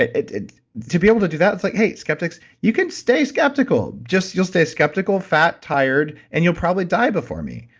to be able to do that, it's like, hey, skeptics, you can stay skeptical. just, you'll stay skeptical, fat, tired, and you'll probably die before me.